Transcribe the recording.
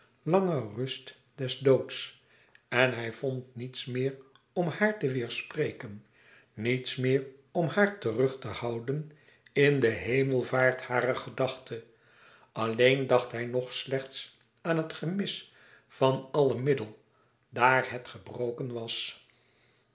lange rust des doods en hij vond niets meer om haar te weêrspreken niets meer om haar terug te houden in de hemelvaart harer gedachte alleen dacht hij nog slechts aan het gemis van alle middel daar het gebroken was